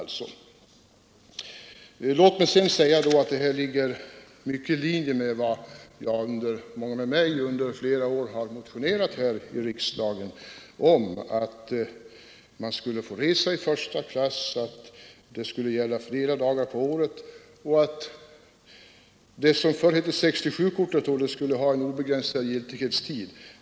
Detta är något som ligger i linje med vad jag och många med mig under flera år har motionerat om här i riksdagen, nämligen att resenärer med 67-kort borde få åka i första klass, att kortet skulle gälla flera dagar på året och att 67-kortet skulle ha obegränsad giltighetstid.